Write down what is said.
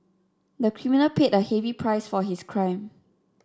the criminal paid a heavy price for his crime